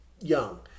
young